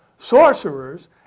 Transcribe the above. sorcerers